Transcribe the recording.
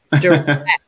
direct